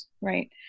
right